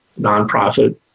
nonprofit